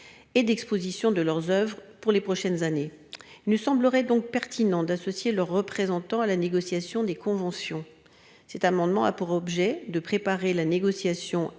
Et d'exposition de leurs Oeuvres pour les prochaines années nous semblerait donc pertinent d'associer leurs représentants à la négociation des conventions. Cet amendement a pour objet de préparer la négociation